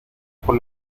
por